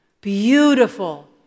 Beautiful